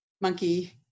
monkey